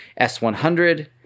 S100